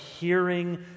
hearing